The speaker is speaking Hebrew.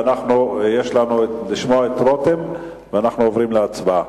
יש לנו לשמוע את רותם ואנחנו עוברים להצבעה.